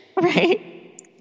Right